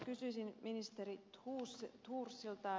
kysyisin ministeri thorsilta